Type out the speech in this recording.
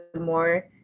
more